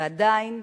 ועדיין,